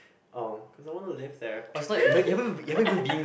oh cause I want to live there